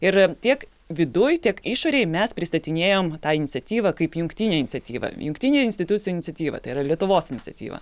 ir tiek viduj tiek išorėj mes pristatinėjom tą iniciatyvą kaip jungtinę iniciatyvą jungtinė institucijų iniciatyva tai yra lietuvos iniciatyva